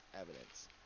evidence